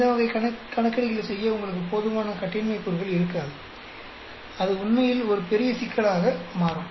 இந்த வகை கணக்கீடுகளைச் செய்ய உங்களுக்கு போதுமான கட்டின்மை கூறுகள் இருக்காது அது உண்மையில் ஒரு பெரிய சிக்கலாக மாறும்